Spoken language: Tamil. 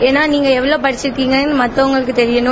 ஏன்னா நீங்க எவ்வளவு படிச்சிருக்கீங்க என்பது மத்தவங்களுக்க தெரியனும்